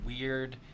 weird